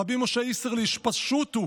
רבי משה איסרליש: פשוט הוא